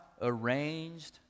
arranged